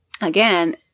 again